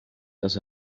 does